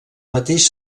mateix